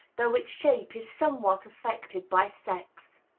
though its shape is somewhat affected by sex.